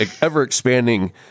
ever-expanding